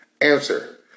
Answer